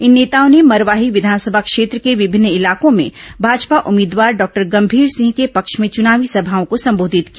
इन नेताओं ने मरवाही विधानसभा क्षेत्र के विभिन्न इलाकों में भाजपा उम्मीदवार डॉक्टर गंमीर सिंह के पक्ष में चुनावी सभाओं को संबोधित भी किया